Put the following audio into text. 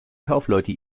kaufleute